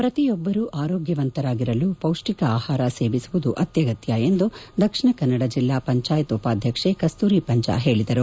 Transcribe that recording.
ಪ್ರತಿಯೊಬ್ಬರು ಆರೋಗ್ಯವಂತರಾಗಿರಲು ಪೌಷ್ಠಿಕ ಆಹಾರ ಸೇವಿಸುವುದು ಆತ್ಯಗತ್ಯ ಎಂದು ದಕ್ಷಿಣ ಕನ್ನಡ ಜಿಲ್ಲಾ ಪಂಚಾಯತ್ ಉಪಾದ್ಯಕ್ಷೆ ಕಸ್ತೂರಿ ಪಂಜ ಹೇಳಿದರು